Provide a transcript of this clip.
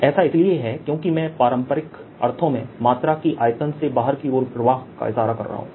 ऐसा इसलिए है क्योंकि मैं पारंपरिक अर्थों में मात्रा की आयतन से बाहर की ओर प्रवाह का इशारा कर रहा हूं